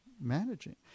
managing